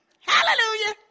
Hallelujah